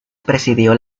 presidió